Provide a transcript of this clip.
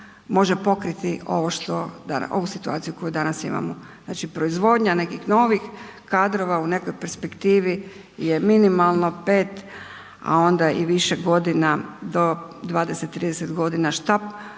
može pokriti ovu situaciju koju danas imamo, znači proizvodnja nekih novih kadrova u nekoj perspektivi je minimalno pet, a onda i više godina do 20, 30 godina šta